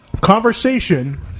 conversation